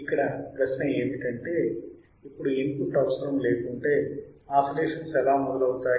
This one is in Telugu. ఇక్కడ ప్రశ్న ఏమిటంటే ఇప్పుడు ఇన్పుట్ అవసరము లేకుంటే ఆసిలేషన్స్ ఎలా మొదలవుతాయి